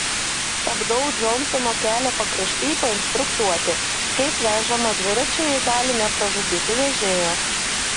stabdau džonsono kelio pakrašty painstruktuoti kaip vežama dviračiu ji gali nepražudyti vežėjo